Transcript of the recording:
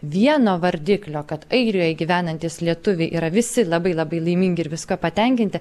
vieno vardiklio kad airijoje gyvenantys lietuviai yra visi labai labai laimingi ir viskuo patenkinti